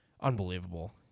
Unbelievable